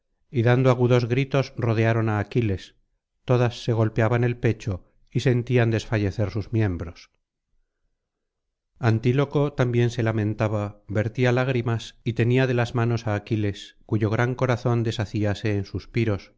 y dando agudos gritos rodearon á aquiles todas se golpeaban el pecho y sentían desfallecer sus miembros antíloco también se lamentaba vertía lágrimas y tenía de las manos á aquiles cuyo gran corazón deshacíase en suspiros